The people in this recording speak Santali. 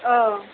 ᱳᱚ